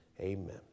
Amen